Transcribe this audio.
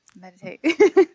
meditate